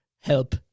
help